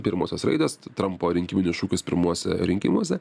pirmosios raidės trumpo rinkiminis šūkis pirmuose rinkimuose